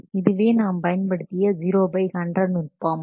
இதுவே நாம் பயன்படுத்திய 0 பை 100 நுட்பம்